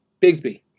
Bigsby